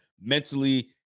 mentally